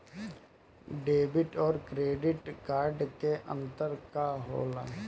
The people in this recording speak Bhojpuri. डेबिट और क्रेडिट कार्ड मे अंतर का होला?